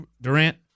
Durant